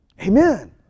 Amen